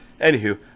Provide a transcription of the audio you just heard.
anywho